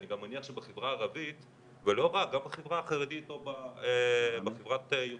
אני מניח שגם בחברה הערבית,